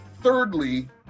thirdly